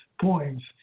points